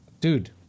dude